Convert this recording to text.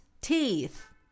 teeth